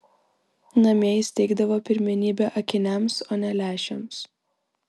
namie jis teikdavo pirmenybę akiniams o ne lęšiams